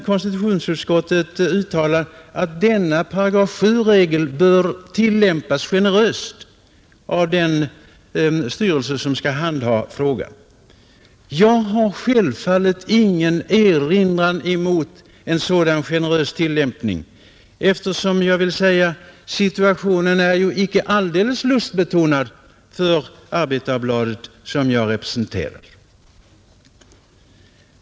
Konstitutionsutskottet har uttalat att regeln i § 7 bör tillämpas generöst av den styrelse som skall handha frågan. Jag har självfallet ingenting att erinra emot en sådan generös tillämpning, eftersom — det vill jag säga — situationen inte är alldeles lustbetonad för Arbetarbladet, som jag representerar.